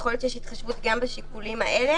יכול להיות שיש התחשבות גם בשיקולים האלה,